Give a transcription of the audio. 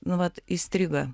nu vat įstrigo